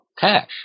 cash